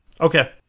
okay